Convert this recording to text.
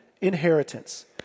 inheritance